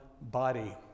body